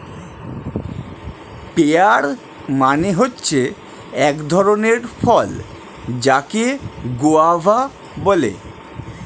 pair মানে হচ্ছে এক ধরণের ফল যাকে গোয়াভা বলে